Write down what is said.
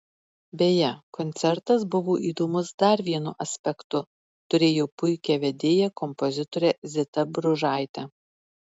beje koncertas buvo įdomus dar vienu aspektu turėjo puikią vedėją kompozitorę zitą bružaitę